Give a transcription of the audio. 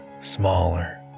smaller